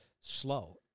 slow